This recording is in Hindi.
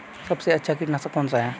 सबसे अच्छा कीटनाशक कौन सा है?